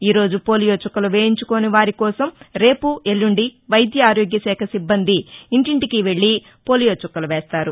ఈరోజు పోలియో చుక్కలు వేయించుకోని వారి కోసం రేపు ఎల్లుండి వైద్య ఆరోగ్య శాఖ సిబ్బంది ఇంటింటికీ వెళ్ళి పోలియో చుక్కలు వేస్తారు